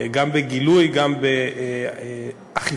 יצטרכו לעשות שם פרויקט נוסף בעצם של ייבוש האזור על-ידי